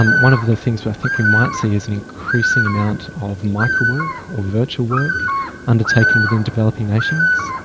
um one of the things but i think we might see is an increasing amount of microwork or virtual work undertaken within developing nations.